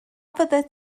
fyddet